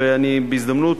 ובהזדמנות,